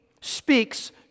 speaks